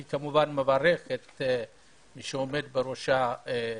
אני כמובן מברך את מי שעומד בראש היחידה,